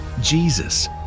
Jesus